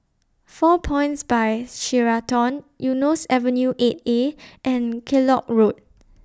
four Points By Sheraton Eunos Avenue eight A and Kellock Road